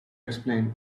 explain